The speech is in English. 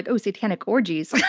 ah oh, satanic orgies.